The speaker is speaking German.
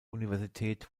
universität